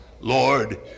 Lord